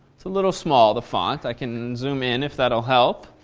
it's a little small. the font, i can zoom in if that will help.